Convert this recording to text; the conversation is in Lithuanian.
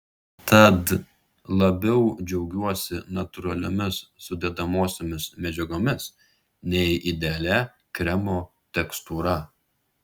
tad labiau džiaugiuosi natūraliomis sudedamosiomis medžiagomis nei idealia kremo tekstūra